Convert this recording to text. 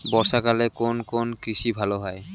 বর্ষা কালে কোন কোন কৃষি ভালো হয়?